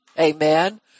Amen